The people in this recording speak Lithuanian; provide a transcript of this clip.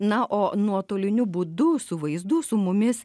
na o nuotoliniu būdu su vaizdu su mumis